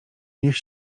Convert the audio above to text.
niech